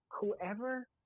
Whoever